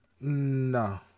No